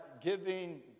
giving